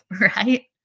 right